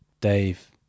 Dave